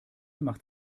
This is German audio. macht